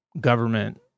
government